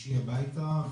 שישי הביתה,